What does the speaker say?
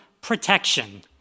protection